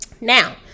now